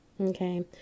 Okay